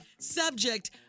Subject